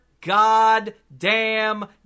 goddamn